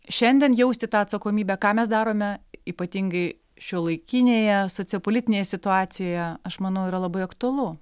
šiandien jausti tą atsakomybę ką mes darome ypatingai šiuolaikinėje sociopolitinėje situacijoje aš manau yra labai aktualu